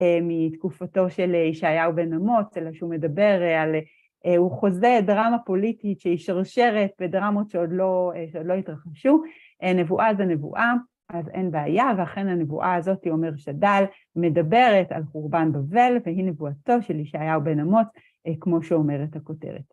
מתקופתו של ישעיהו בן אמוץ, אלא שהוא מדבר על, הוא חוזה דרמה פוליטית שהיא שרשרת בדרמות שעוד לא התרחשו. נבואה זה נבואה, אז אין בעיה, ואכן הנבואה הזאתי אומר שדל מדברת על חורבן בבל והיא נבואתו של ישעיהו בן אמוץ, כמו שאומרת הכותרת.